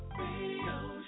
Radio